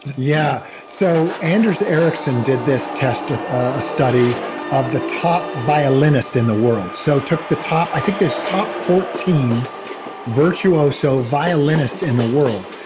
yeah. so anders ericsson, did this test, a study of the top violinist in the world so took the top i think there's top fourteen virtuoso violinist in the world.